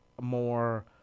more